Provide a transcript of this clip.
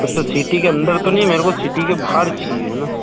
अच्छा सिटी के अन्दर तो मेरे को सिटी के बाहर चाहिए है ना